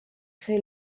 créé